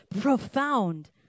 profound